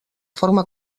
forma